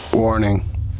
warning